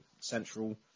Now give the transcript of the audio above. central